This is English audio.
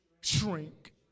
shrink